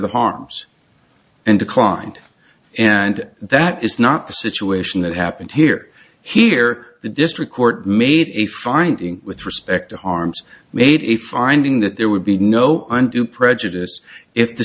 the harms and declined and that is not the situation that happened here here the district court made a finding with respect to harms made a finding that there would be no undue prejudice if the